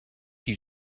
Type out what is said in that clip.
you